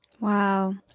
Wow